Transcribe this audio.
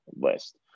list